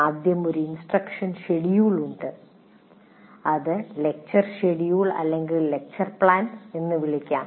ആദ്യം ഒരു instruction schedule ഉണ്ട് അത് ലക്ചർ ഷെഡ്യൂൾ അല്ലെങ്കിൽ ലക്ചർ പ്ലാൻ എന്ന് വിളിക്കാം